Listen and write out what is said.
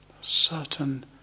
certain